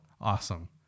Awesome